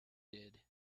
did